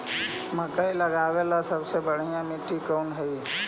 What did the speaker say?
मकई लगावेला सबसे बढ़िया मिट्टी कौन हैइ?